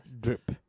Drip